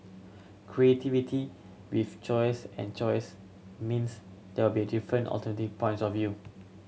creativity with chaos and chaos means there'll be different alternate points of view